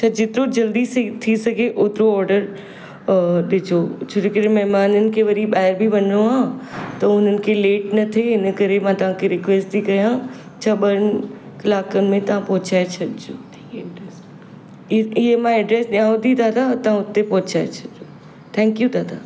छ जेतिरो जल्दी से थी सघे ओतिरो ऑडर ॾिजो छो जे करे महिमान आहिनि के वरी ॿाहिरि बि वञणो आहे त उन्हनि खे लेट न थे इन करे मां तव्हांखे रिक्वेस्ट थी कयां छा ॿिनि कलाकनि में तां पहुचाए छॾिजो इहे इहे मां एड्रेस ॾियांव थी दादा तव्हां हुते पहुचाए छॾिजो थैंक्यू दादा